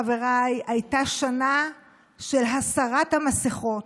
חבריי, הייתה שנה של הסרת המסכות.